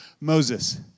Moses